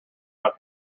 not